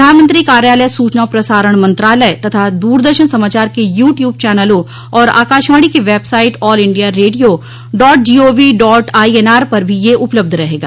प्रधानमंत्री कार्यालय सूचना और प्रसारण मंत्रालय तथा दूरदर्शन समाचार के यूट्यूब चैनलों और आकाशवाणी की website all India radio dot G O V dot I N पर भी यह उपलब्ध रहेगा